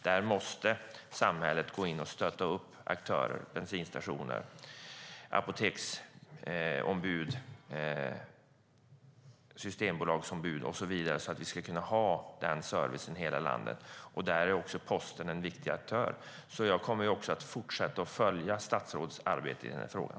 Där måste samhället stötta aktörer, till exempel bensinstationer, apoteksombud, systembolagsombud och så vidare så att det går att upprätthålla service i hela landet. Där är Posten en viktig aktör. Jag kommer att fortsätta att följa statsrådets arbete i frågan.